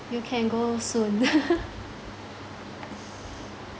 you can go soon